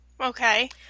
Okay